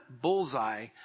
bullseye